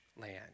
land